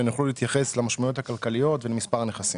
והם יוכלו להתייחס למשמעויות הכלכליות ולמספר הנכסים.